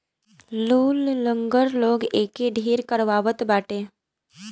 लूल, लंगड़ लोग एके ढेर करवावत बाटे